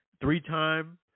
Three-time